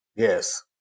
Yes